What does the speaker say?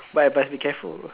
but must be careful